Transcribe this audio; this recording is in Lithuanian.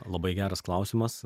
labai geras klausimas